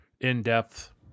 in-depth